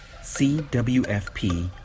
CWFP